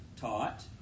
taught